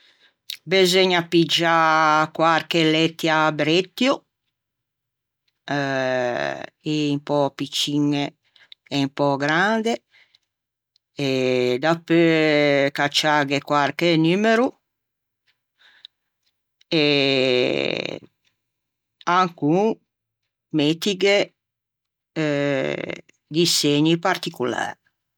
Beseugna piggiâ quarche lettia a breuttio, un p' picciñe un pö grande, dapeu cacciâghe quarche numero e ancon mettighe eh di segni particolæ